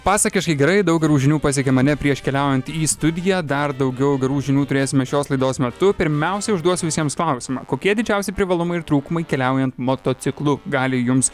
pasakiškai gerai daug gerų žinių pasiekė mane prieš keliaujant į studiją dar daugiau gerų žinių turėsime šios laidos metu pirmiausia užduosiu visiems klausimą kokie didžiausi privalumai ir trūkumai keliaujant motociklu gali jums